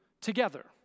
together